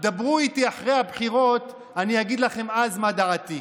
דברו איתי אחרי הבחירות, אני אגיד לכם אז מה דעתי.